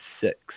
six